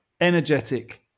energetic